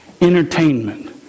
entertainment